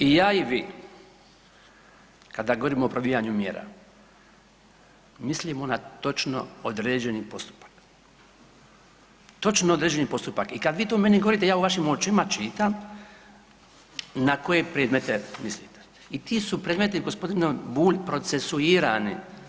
I ja i vi kada govorimo o probijanju mjera mislimo na točno određeni postupak, točno određeni postupak i kada vi to meni govorite ja u vašim očima čitam na koje predmete mislite i ti su predmeti gospodine Bulj procesuirani.